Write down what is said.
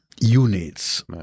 units